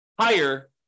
higher